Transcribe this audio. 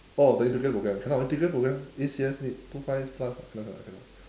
oh the integrated program cannot integrated program A_C_S need two five plus [what] cannot cannot cannot